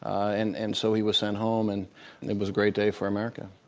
and and so he was sent home and and it was a great day for america.